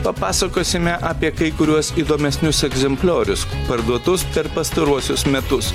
papasakosime apie kai kuriuos įdomesnius egzempliorius parduotus per pastaruosius metus